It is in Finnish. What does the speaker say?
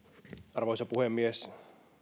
arvoisa puhemies